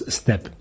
step